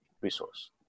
resource